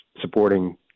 supporting